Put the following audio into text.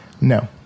no